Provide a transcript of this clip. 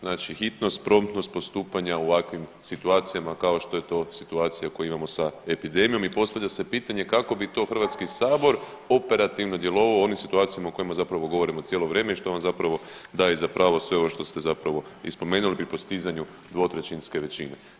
Znači hitnost i promptnost postupanja u ovakvim situacijama kao što je to situacija koju imamo sa epidemijom i postavlja se pitanje kako bi to HS operativno djelovao u onim situacijama o kojima zapravo govorimo cijelo vrijeme i što vam zapravo daje za pravo sve ovo što ste zapravo i spomenuli pri postizanju dvotrećinske većine.